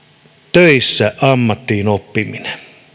töissä ammattiin oppiminen